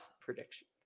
prediction